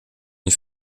une